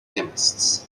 chemists